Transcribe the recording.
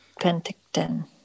Penticton